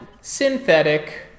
Synthetic